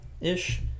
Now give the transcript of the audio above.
ish